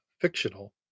fictional